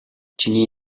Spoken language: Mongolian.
чиний